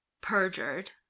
perjured